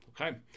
Okay